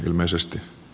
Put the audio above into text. ilmeisesti